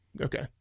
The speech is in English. Okay